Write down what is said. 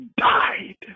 died